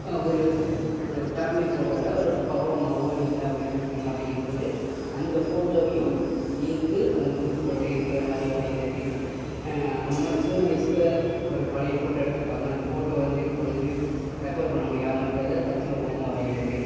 ஒரு ஒரு ஃபேமிலி ஃபோட்டோவில் ஒரு அப்பாவோ அம்மாவோ இல்லை அவங்க இறந்துட்டாங்க அப்படிங்கும் போது அந்த ஃபோட்டோவையும் சேர்த்து அந்த குரூப் ஃபோட்டோவோட இருக்கிற மாதிரி வரைகிறது அந்த மாதிரி சின்ன வயசில் ஒரு பழைய ஃபோட்டோ எடுத்திருப்பாங்க அந்த ஃபோட்டோ வந்து இப்போது வந்து ரெக்கவர் பண்ண முடியாமல் இருக்கிறத தத்ரூபமாக வரைகிறது